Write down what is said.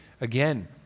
again